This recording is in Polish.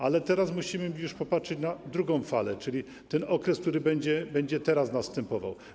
Ale teraz musimy już popatrzeć na drugą falę, czyli ten okres, który będzie teraz następował.